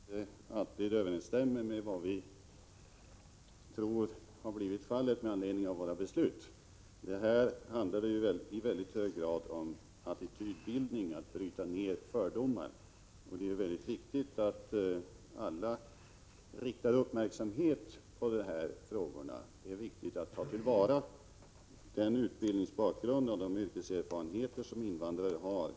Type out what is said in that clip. Herr talman! Det är riktigt som Gullan Lindblad säger, att verkligheten inte alltid överensstämmer med vad vi tror är fallet, med anledning av våra beslut. Detta handlade ju i mycket hög grad om attitydbildningar och om att bryta ned fördomar. Det är mycket viktigt att alla riktar uppmärksamhet på dessa frågor. Det är viktigt att ta till vara den utbildningsbakgrund och de yrkeserfarenheter som invandrare har.